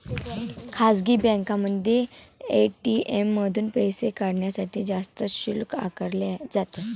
खासगी बँकांमध्ये ए.टी.एम मधून पैसे काढण्यासाठी जास्त शुल्क आकारले जाते